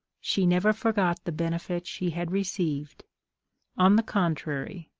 she never forgot the benefit she had received on the contrary,